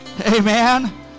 Amen